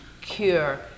cure